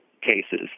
cases